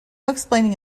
explaining